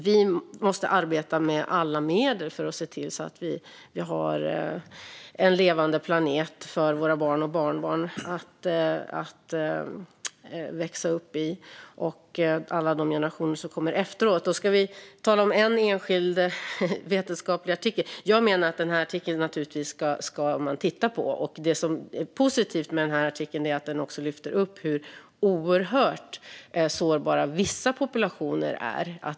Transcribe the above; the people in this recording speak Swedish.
Vi måste arbeta med alla medel för att se till att vi har en levande planet för våra barn och barnbarn att växa upp på, liksom för alla de generationer som kommer efter. Den vetenskapliga artikel som det hänvisades till ska man naturligtvis titta på. Det som är positivt med den är att den också lyfter fram hur oerhört sårbara vissa populationer är.